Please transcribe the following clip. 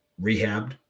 rehabbed